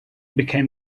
became